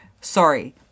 sorry